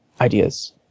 ideas